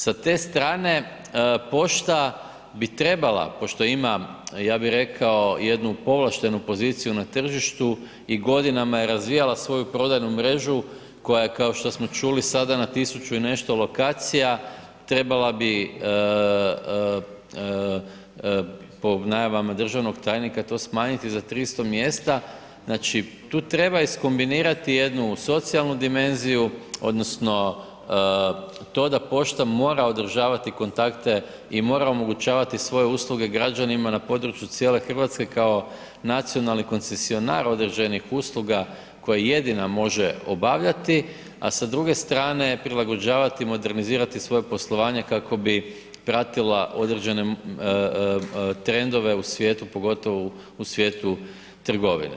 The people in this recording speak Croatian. Sa te strane pošta bi trebala pošto ima ja bi rekao jednu povlaštenu poziciju na tržištu i godinama je razvijala svoju prodajnu mrežu koja je kao što smo čuli sada na 1.000 i nešto lokacija trebala bi po najavama državnog tajnika to smanjiti za 300 mjesta, znači tu treba iskombinirati jednu socijalnu dimenziju odnosno to da pošta mora održavati kontakte i mora omogućavati svoje usluge građanima na području cijele Hrvatske kao nacionalni koncesionar određenih usluga koje jedina može obavljati, a sa druge strane prilagođavati, modernizirati svoje poslovanje kako bi pratila određene trendove u svijetu, pogotovo u svijetu trgovine.